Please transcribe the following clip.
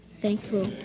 Thankful